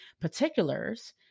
particulars